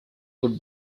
could